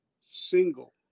single